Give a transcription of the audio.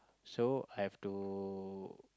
so I've to